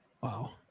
Wow